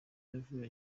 yavuye